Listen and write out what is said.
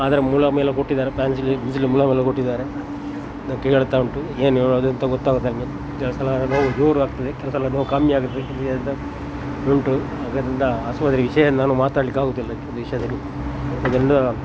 ಆದರೆ ಮುಲಾಮು ಎಲ್ಲ ಕೊಟ್ಟಿದ್ದಾರೆ ಮುಲಾಮು ಎಲ್ಲ ಕೊಟ್ಟಿದ್ದಾರೆ ನಾವು ಕೇಳ್ತಾ ಉಂಟು ಏನು ಏಳೋದು ಅಂತ ಕೆಲವು ಸಲ ನೋವು ಜೋರು ಆಗ್ತದೆ ಕೆಲವು ಸಲ ನೋವು ಕಮ್ಮಿ ಆಗ್ತದೆ ಉಂಟು ಅದರಿಂದ ಆಸ್ಪತ್ರೆ ವಿಷಯವನ್ನು ನಾನು ಮಾತಾಡ್ಲಿಕ್ಕೆ ಆಗುದಿಲ್ಲ ಈ ವಿಷಯದಲ್ಲಿ ಅದರಿಂದ